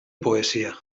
poesia